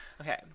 Okay